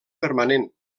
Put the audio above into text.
permanent